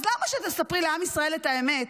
אז למה שתספרי לעם ישראל את האמת,